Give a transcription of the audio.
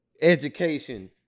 education